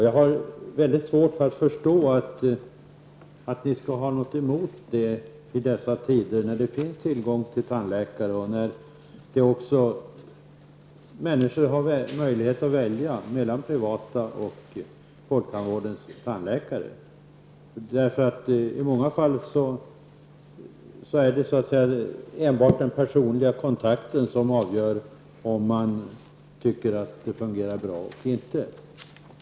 Jag har svårt att förstå att ni kan ha någonting emot det i dessa tider när vi har tillgång till tandläkare och människor har möjlighet att välja mellan privata tandläkare och folktandvården. I många fall är det den personliga kontakten med tandläkaren som avgör om man tycker att vården fungerar bra eller inte.